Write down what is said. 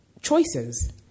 choices